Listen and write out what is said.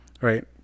right